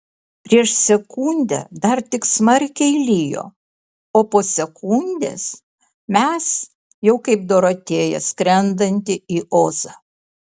prieš sekundę dar tik smarkiai lijo o po sekundės mes jau kaip dorotėja skrendanti į ozą